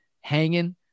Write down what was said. Hanging